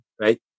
Right